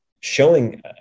showing